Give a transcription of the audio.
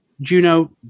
juno